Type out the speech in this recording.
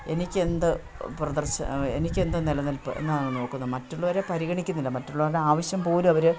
എനിക്കെന്തു പ്രദർശനം എനിക്കെന്തു നെലനിൽപ്പ് എന്നാണ് നോക്കുന്നത് മറ്റുള്ളവരെ പരിഗണിക്കുന്നില്ല മറ്റുള്ളവരുടെ ആവശ്യം പോലും അവർ